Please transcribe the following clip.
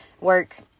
work